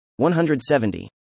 170